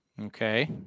Okay